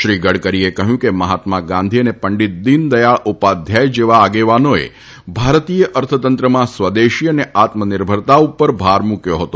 શ્રી ગડકરીએ કહ્યું કે મહાત્મા ગાંધી અન પંડિત દિનદયાળ ઉપાધ્યાય જેવા આગલ્પાનોએ ભારતીય અર્થતંત્રમાં સ્વદેશી અન આત્મનિર્ભરતા ઉપર ભાર મૂક્યો હતો